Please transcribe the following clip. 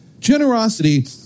Generosity